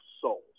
Souls